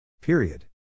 Period